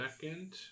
Second